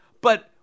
but-